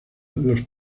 los